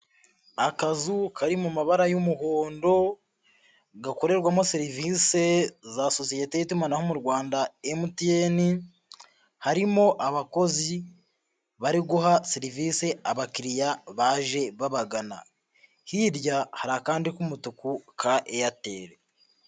Akazu kari mu mabara y'umuhondo gakorerwamo serivisi za sosiyete y'itumanaho mu Rwanda MTN, harimo abakozi bari guha serivisi abakiriya baje babagana, hirya hari akandi k'umutuku ka Airtel.